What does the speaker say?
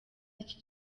z’iki